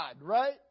right